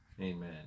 Amen